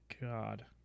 God